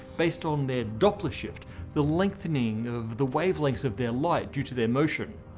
based on their doppler shift the lengthening of the wavelengths of their light due to their motion.